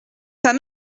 pas